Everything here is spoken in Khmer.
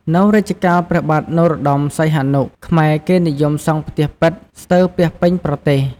នៅរជ្ជកាលព្រះបាទនរោត្តមសីហនុ ខ្មែរគេនិយមសង់ផ្ទះប៉ិតស្ទើរពាសពេញប្រទេស។